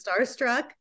starstruck